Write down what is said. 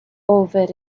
over